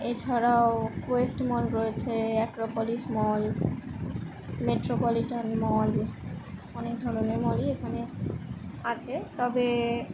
এছাড়াও Quest mall রয়েছে Acropolis mall Metropolitan mall অনেক ধরনের মলই এখানে আছে তবে